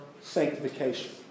sanctification